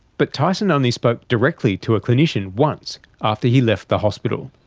but tyson only spoke directly to a clinician once after he left the hospital.